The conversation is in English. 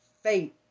Faith